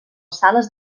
sales